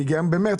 הרי גם במרץ,